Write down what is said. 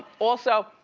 also,